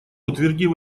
утвердив